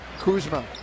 Kuzma